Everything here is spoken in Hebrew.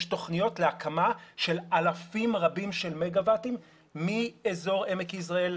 תוכניות להקמה של אלפים רבים של מגה-ואטים מאזור עמק יזרעאל,